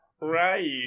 Right